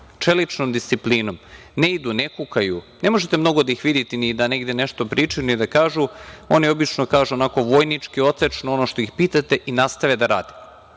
čeličnom disciplinom, ne idu, ne kukaju. Ne možete mnogo da ih vidite ni da negde nešto pričaju ni da kažu. Oni obično kažu onako vojnički, odsečno ono što ih pitate i nastave da rade.